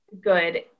good